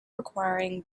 requiring